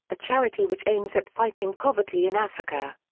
a charity which aims at fighting poverty in africa.